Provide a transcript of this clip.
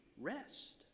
rest